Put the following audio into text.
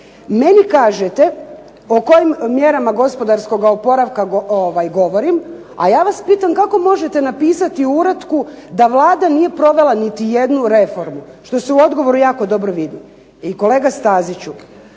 Meni kažete o kojim mjerama gospodarskoga oporavka govorim, a ja vas pitam kako možete napisati u uratku da Vlada nije provela niti jednu reformu što se u odgovoru jako dobro vidi. I kolega Staziću